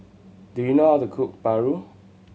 do you know how to cook paru